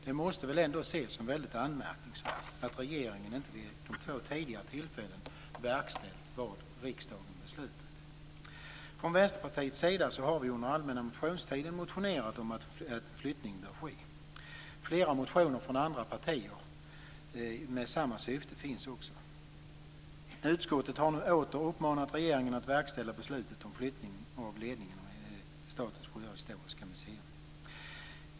Det måste väl ändå ses som väldigt anmärkningsvärt att regeringen inte vid de två tidigare tillfällena verkställt vad riksdagen beslutat. Från Vänsterpartiets sida har vi under allmänna motionstiden motionerat om att flyttning bör ske. Flera motioner med samma syfte finns också från andra partier. Utskottet har nu åter uppmanat regeringen att verkställa beslutet om flyttning av ledningen för Statens sjöhistoriska museum.